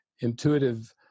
intuitive